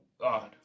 god